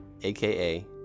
aka